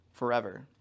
Forever